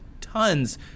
tons